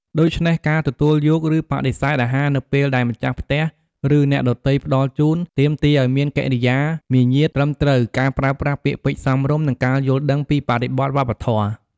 ដូច្នេះ ការទទួលយក ឬបដិសេធអាហារនៅពេលដែលម្ចាស់ផ្ទះ ឬអ្នកដទៃផ្តល់ជូន ទាមទារឲ្យមានកិរិយាមារយាទត្រឹមត្រូវ ការប្រើប្រាស់ពាក្យពេចន៍សមរម្យ និងការយល់ដឹងពីបរិបទវប្បធម៌។